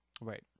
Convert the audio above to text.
right